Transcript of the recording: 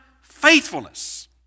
faithfulness